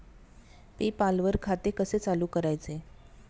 पे पाल वर खाते कसे चालु करायचे